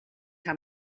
how